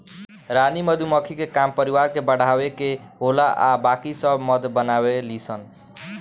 रानी मधुमक्खी के काम परिवार के बढ़ावे के होला आ बाकी सब मध बनावे ली सन